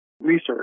research